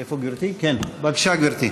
בבקשה, גברתי.